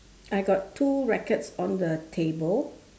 I got two rackets on the table